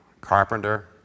carpenter